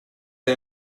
the